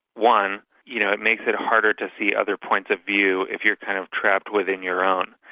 one, you know it makes it harder to see other points of view if you're kind of trapped within your own.